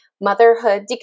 Motherhood